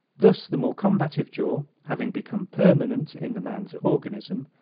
thus the more combative jaw, having become permanent in the man's organism,